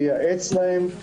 לייעץ להם,